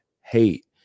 hate